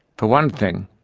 for one thing,